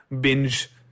binge